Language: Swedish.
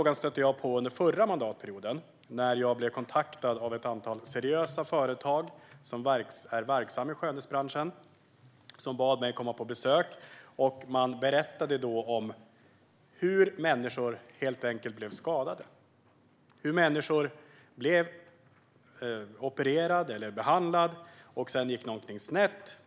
Jag stötte på denna fråga under förra mandatperioden när jag blev kontaktad av ett antal seriösa företag som är verksamma i skönhetsbranschen. De bad mig komma på besök och berättade då att människor skadas när operationer och behandlingar går snett.